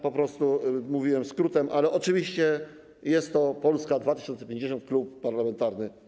Po prostu mówiłem skrótem, ale oczywiście jest to Polska 2050, klub parlamentarny.